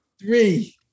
Three